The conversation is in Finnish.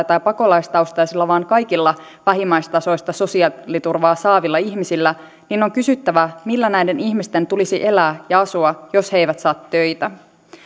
tai pakolaistaustaisilla vaan kaikilla vähimmäistasoista sosiaaliturvaa saavilla ihmisillä niin on kysyttävä millä näiden ihmisten tulisi elää ja asua jos he eivät saa töitä